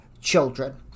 children